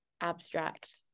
abstract